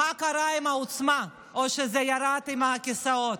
מה קרה עם העוצמה, או שזה ירד עם הכיסאות?